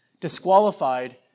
disqualified